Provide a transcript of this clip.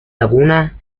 laguna